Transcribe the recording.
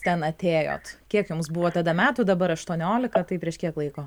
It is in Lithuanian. ten atėjot kiek jums buvo tada metų dabar aštuoniolika tai prieš kiek laiko